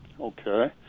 Okay